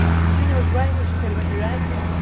katrina was right, what she said about your acting.